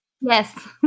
Yes